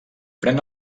pren